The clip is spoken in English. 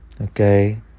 Okay